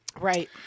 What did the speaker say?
right